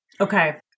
Okay